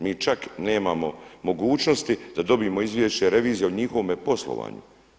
Mi čak nemamo mogućnosti da dobijemo izvješće revizije o njihovome poslovanju.